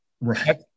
right